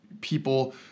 people